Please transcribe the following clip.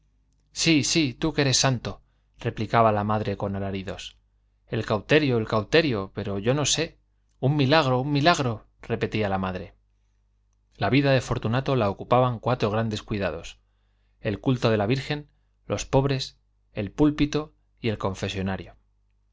sí sí tú que eres santo replicaba la madre con alaridos el cauterio el cauterio pero yo no sé un milagro un milagro repetía la madre la vida de fortunato la ocupaban cuatro grandes cuidados el culto de la virgen los pobres el púlpito y el confesonario